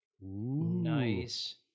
nice